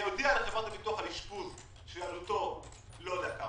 הודיע לחברת הביטוח על אשפוז שעלותו מסוימת,